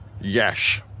Yes